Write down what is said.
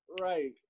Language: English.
Right